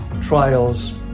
trials